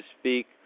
speak